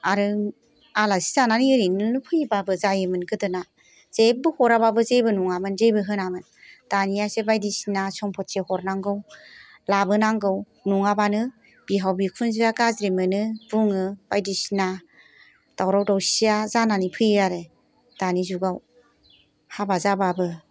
आरो आलासि जानानै ओरैनो फैबाबो जायोमोन गोदोना जेबो हराबाबो जेबो नङामोन जेबो होनामोन दानियासो बायदिसिना सम्पति हरनांगौ लाबोनांगौ नङाबानो बिहाव बिखुनजोया गाज्रि मोनो बुङो बायदिसिना दावराव दावसिया जानानै फैयो आरो दानि जुगाव हाबा जाबाबो